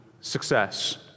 success